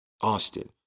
Austin